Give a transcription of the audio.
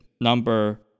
number